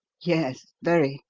yes very.